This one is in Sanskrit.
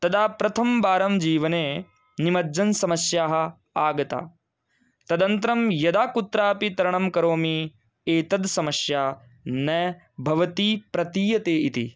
तदा प्रथमवारं जीवने निमज्जनसमस्याः आगताः तदनन्तरं यदा कुत्रापि तरणं करोमि एतद् समस्या न भवति प्रतीयते इति